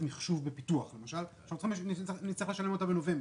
מחשוב בפיתוח שנצטרך לשלם אותם בנובמבר.